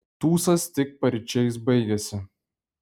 tūsas tik paryčiais baigėsi